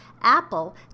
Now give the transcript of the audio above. Apple